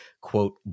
quote